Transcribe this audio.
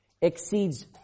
exceeds